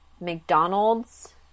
McDonald's